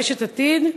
רשת "עתיד".